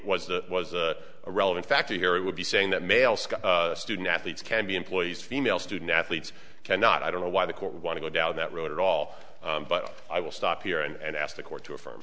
that was a relevant factor here we would be saying that male student athletes can't be employees female student athletes cannot i don't know why the court would want to go down that road at all but i will stop here and ask the court to affirm